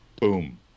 boom